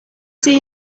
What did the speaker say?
see